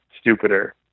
stupider